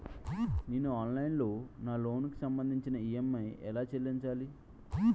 నేను ఆన్లైన్ లో నా లోన్ కి సంభందించి ఈ.ఎం.ఐ ఎలా చెల్లించాలి?